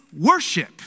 worship